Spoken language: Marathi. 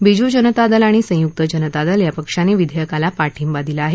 बिजू जनता दल अणि संयुक्त जनता दल या पक्षांनी विधेयकाला पाठिंबा दिला आहे